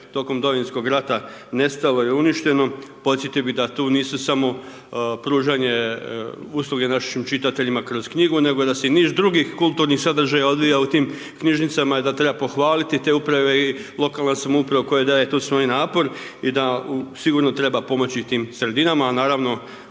tokom Domovinskog rata nestalo i uništeno. Podsjetio bi da tu nisu samo pružanje usluge našim čitateljima kroz knjigu, nego da se i niz drugih kulturnih sadržaja odvija u tim knjižnicama i da treba pohvaliti te uprave i lokalnu samoupravu koja daje tu svoj napor i da sigurno treba pomoći sredinama, a naravno